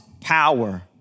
power